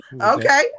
Okay